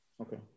Okay